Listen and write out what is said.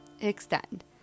extend